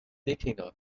wikinger